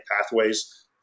pathways